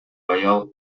аял